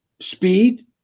speed